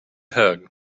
hug